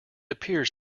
appears